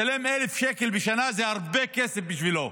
ישלם 1,000 שקל בשנה, זה הרבה כסף בשבילו,